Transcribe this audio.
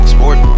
Sport